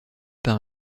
par